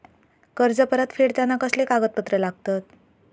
कर्ज परत फेडताना कसले कागदपत्र लागतत?